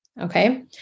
Okay